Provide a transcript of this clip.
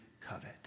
covet